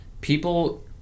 people